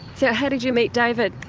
so how did you meet david?